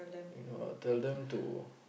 you know I'll tell them to